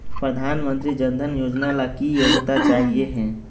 प्रधानमंत्री जन धन योजना ला की योग्यता चाहियो हे?